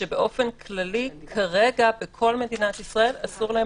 שבאופן כללי בכל מדינת ישראל אסור להם